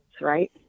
right